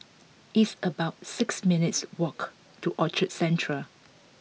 it's about six minutes' walk to Orchard Central